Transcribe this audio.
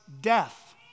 death